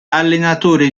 allenatore